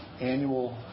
annual